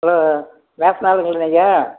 hello ஆளுகளா நீங்கள்